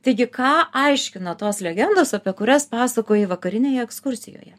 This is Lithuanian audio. taigi ką aiškino tos legendos apie kurias pasakoji vakarinėje ekskursijoje